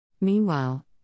Meanwhile